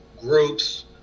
groups